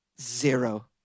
Zero